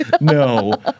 No